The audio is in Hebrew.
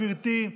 גברתי,